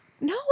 no